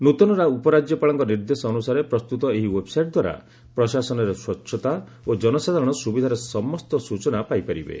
ନୃତନ ଉପରାଜ୍ୟପାଳଙ୍କ ନିର୍ଦ୍ଦେଶ ଅନୁସାରେ ପ୍ରସ୍ତୁତ ଏହି ଓ୍ୱେବ୍ସାଇଟ୍ଦ୍ୱାରା ପ୍ରଶାସନରେ ସ୍ୱଚ୍ଚତା ଓ ଜନସାଧାରଣ ସୁବିଧାରେ ସମସ୍ତ ସୂଚନା ପାଇପାରିବେ